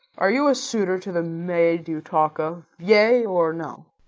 are you a suitor to the maid you talk of, yea or no?